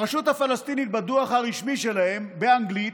הרשות הפלסטינית, בדוח הרשמי שלהם באנגלית,